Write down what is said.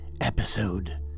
Episode